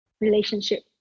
relationship